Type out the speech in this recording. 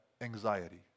anxiety